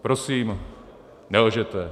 Prosím, nelžete.